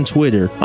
Twitter